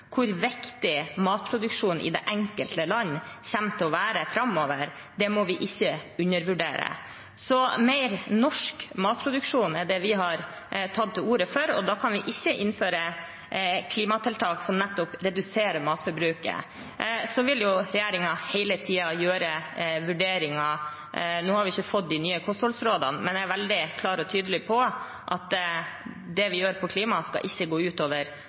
hvor viktig matproduksjonen i det enkelte land kommer til å være framover. Det må vi ikke undervurdere. Så mer norsk matproduksjon er det vi har tatt til orde for, og da kan vi ikke innføre klimatiltak som nettopp reduserer matforbruket. Så vil jo regjeringen hele tiden gjøre vurderinger. Nå har vi ikke fått de nye kostholdsrådene, men jeg er veldig klar og tydelig på at det vi gjør på klima, ikke skal gå